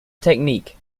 technique